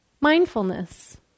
Mindfulness